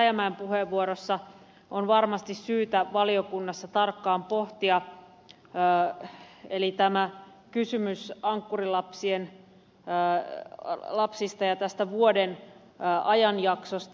rajamäen puheenvuorossa on varmasti syytä valiokunnassa tarkkaan pohtia eli tämä kysymys ankkurilapsista ja tästä vuoden ajanjaksosta